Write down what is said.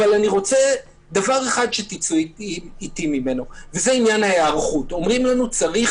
לגבי עניין ההיערכות אומרים לנו שצריך